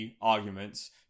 arguments